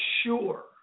sure